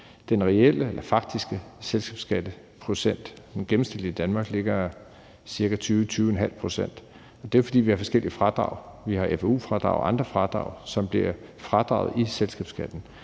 Den reelle eller faktiske selskabsskatteprocent, den gennemsnitlige i Danmark, ligger på ca. 20-20½ pct., og det er jo, fordi vi har forskellige fradrag. Vi har et fou-fradragog andre fradrag, som bliver fradraget i selskabsskatten,